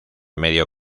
medio